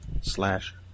slash